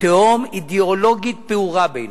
תהום אידיאולוגית פעורה בינינו.